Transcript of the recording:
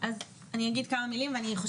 אני לא יודעת אם זה נכון אבל אתם תאמרו.